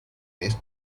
next